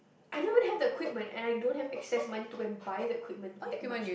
I don't even have the equipment and I don't have excess money to go and buy the equipment that much